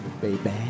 baby